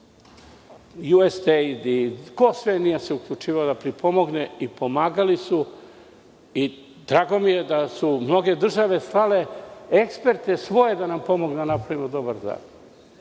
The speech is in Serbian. USAID i ko se sve nije uključivao da pripomogne i pomagali su. Drago mi je da su mnoge države slale svoje eksperte da nam pomognu da napravimo dobar